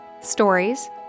stories